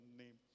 name